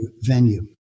venue